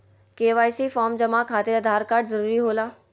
KYC form जमा खातिर Aadhaar card जरूरी होला?